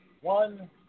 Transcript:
One